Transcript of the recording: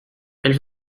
elle